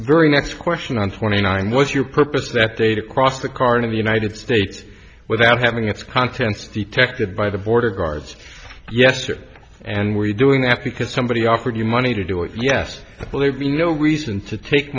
very next question on twenty nine what's your purpose that date across the current of the i did states without having its contents detected by the border guards yes sir and were you doing that because somebody offered you money to do it yes believe me no reason to take